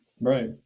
Right